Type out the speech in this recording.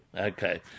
Okay